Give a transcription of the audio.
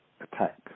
attack